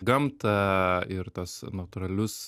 gamtą ir tas natūralius